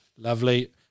Lovely